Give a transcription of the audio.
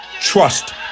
trust